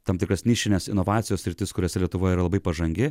tam tikras nišines inovacijos sritis kuriose lietuva yra labai pažangi